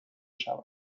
شود